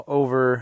over